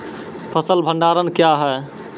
फसल भंडारण क्या हैं?